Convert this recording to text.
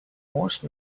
most